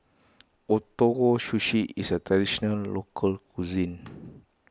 Ootoro Sushi is a Traditional Local Cuisine